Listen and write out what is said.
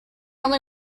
only